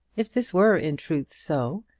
if this were in truth so,